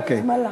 אוקיי.